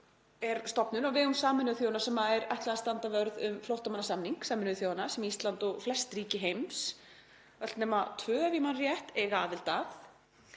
er stofnun á vegum Sameinuðu þjóðanna sem er ætlað að standa vörð um flóttamannasamning Sameinuðu þjóðanna sem Ísland og flest ríki heims, öll nema tvö ef ég man rétt, eiga aðild að.